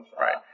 right